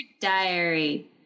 Diary